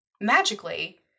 Magically